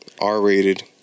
R-rated